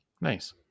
Nice